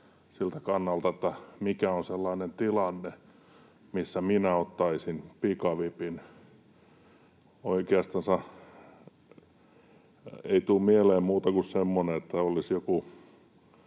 siltä kannalta, mikä on sellainen tilanne, missä minä ottaisin pikavipin. Oikeastaan ei tule mieleen muuta kuin semmoinen, että olisi